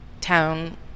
town